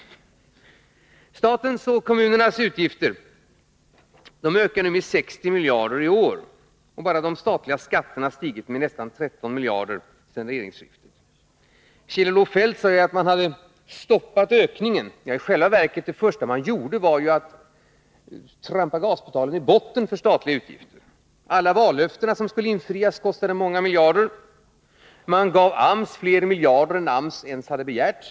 Statens och kommunernas utgifter ökar med 60 miljarder i år. Bara de statliga skatterna har stigit med nästan 13 miljarder sedan regeringsskiftet. Kjell-Olof Feldt säger att man hade stoppat ökningen. I själva verket var det första man gjorde att trampa gaspedalen i botten för statliga utgifter. Alla vallöften som skulle infrias kostade många miljarder. Man gav AMS fler miljarder än AMS ens hade begärt.